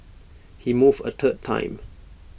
he moved A third time